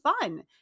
fun